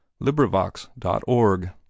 LibriVox.org